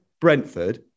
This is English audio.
Brentford